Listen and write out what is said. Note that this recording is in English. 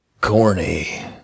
corny